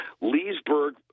Leesburg